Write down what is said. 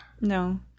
No